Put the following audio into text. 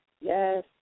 Yes